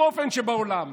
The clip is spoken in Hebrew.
ובנט מקים ממשלה עם רע"מ,